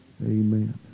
Amen